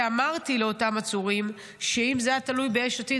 אמרתי לאותם עצורים שאם זה היה תלוי ביש עתיד,